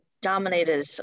dominated